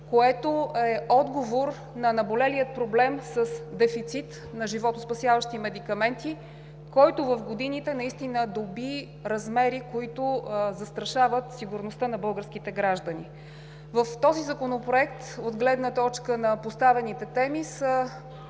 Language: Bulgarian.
което е отговор на наболелия проблем с дефицит на животоспасяващи медикаменти, който в годините доби размери, които застрашават сигурността на българските граждани. В този законопроект от гледна точка на поставените теми има